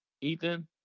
Ethan